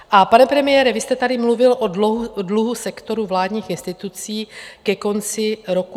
A pane premiére, vy jste tady mluvil o dluhu sektoru vládních institucí ke konci roku 2021.